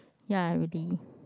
ya really